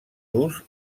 durs